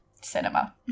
cinema